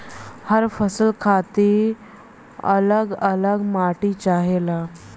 हर फसल खातिर अल्लग अल्लग माटी चाहेला